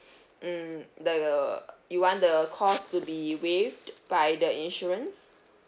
mm the you want the cost to be waived by the insurance